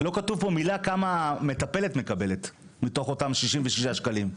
לא כתוב פה מילה כמה המטפלת מקבלת מתוך אותם 66 שקלים.